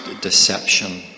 deception